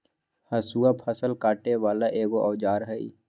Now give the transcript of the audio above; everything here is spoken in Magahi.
हसुआ फ़सल काटे बला एगो औजार हई